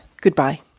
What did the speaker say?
Goodbye